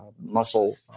muscle